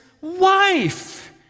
wife